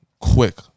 Quick